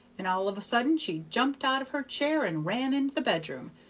and all of a sudden she jumped out of her chair and ran into the bedroom,